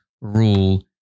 rule